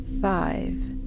five